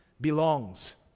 Belongs